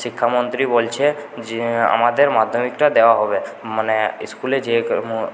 শিক্ষামন্ত্রী বলছে যে আমাদের মাধ্যমিকটা দেওয়া হবে মানে স্কুলে যেয়ে